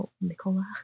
nicola